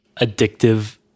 addictive